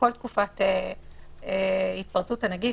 בכל תקופת התפרצות הנגיף,